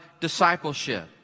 discipleship